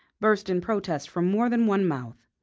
burst in protest from more than one mouth.